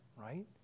right